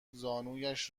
زانویش